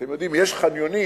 אתם יודעים, יש חניונים